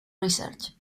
research